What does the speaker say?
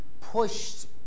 pushed